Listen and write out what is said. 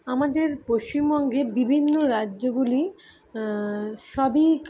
আমাদের পশ্চিমবঙ্গে বিভিন্ন রাজ্যগুলি সবই